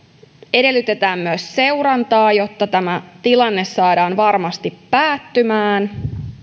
edellytetään myös seurantaa jotta tilanne saadaan varmasti päättymään